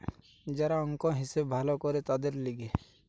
যারা অংক, হিসাব ভালো করে তাদের লিগে